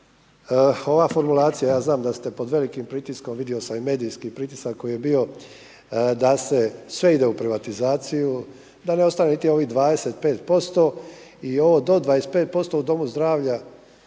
ova formulacija, ja znam da ste pod velikim pritiskom, vidio sam i medijski pritisak koji je bio da se sve ide u privatizaciju, da ne ostane niti ovih 25% i ovo do 25% u domu zdravlja